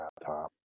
laptop